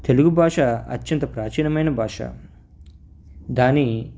తెలుగు భాష అత్యంత ప్రాచీనమైన భాష దాని